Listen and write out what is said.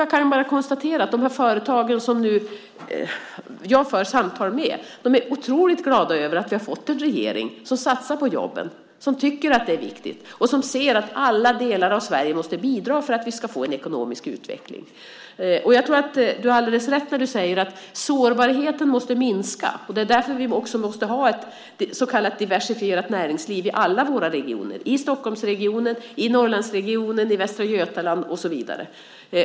Jag kan bara konstatera att de företag som jag nu för samtal med är otroligt glada över att vi har fått en regering som satsar på jobben och som tycker att det är viktigt och som ser att alla delar av Sverige måste bidra för att vi ska få en ekonomisk utveckling. Jag tror att det är alldeles rätt när det sägs att sårbarheten måste minska. Det är därför som vi också måste ha ett så kallat diversifierat näringsliv i alla våra regioner, i Stockholmsregionen, i Norrlandsregionen, i Västra Götaland och så vidare.